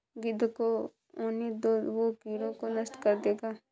गिद्ध को आने दो, वो कीड़ों को नष्ट कर देगा